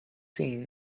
scene